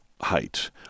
height